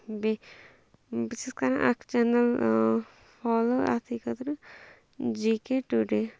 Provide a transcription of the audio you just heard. بیٚیہِ بہٕ چھَس کَران اَکھ چَنَل فالو اَتھٕے خٲطرٕ جی کے ٹُوڈے